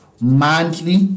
monthly